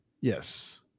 Yes